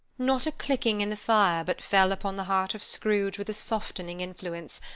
not a clicking in the fire, but fell upon the heart of scrooge with a softening influence,